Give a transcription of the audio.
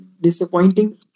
disappointing